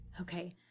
Okay